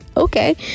Okay